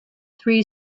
three